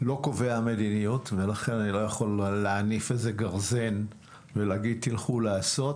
לא קובע מדיניות ולכן אני לא יכול להניף איזה גרזן ולומר לכו לעשות,